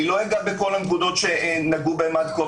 אני לא אגע בכל הנקודות שנגעו בהם עד כה,